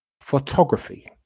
photography